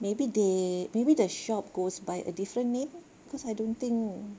maybe they maybe the shop goes by a different name cause I don't think